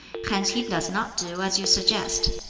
hence he does not do as you suggest.